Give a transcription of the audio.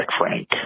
Frank